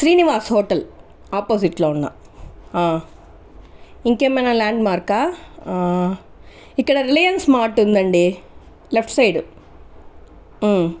Srinivasa hotel opposite లో ఉన్నా ఇంకేమన్నా ల్యాండ్ మార్క్ ఇక్కడ రిలయన్స్ మార్ట్ ఉందండి లెఫ్ట్ సైడ్